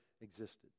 existed